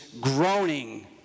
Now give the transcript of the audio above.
groaning